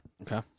Okay